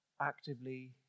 actively